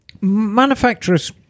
manufacturers